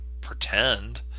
pretend